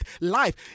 life